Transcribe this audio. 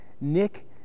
Nick